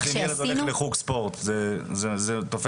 אם ילד הולך לחוג ספורט, זה תופס?